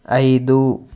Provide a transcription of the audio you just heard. ఐదు